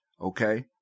okay